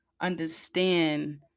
understand